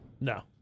No